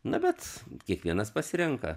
na bet kiekvienas pasirenka